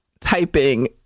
typing